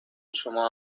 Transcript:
شما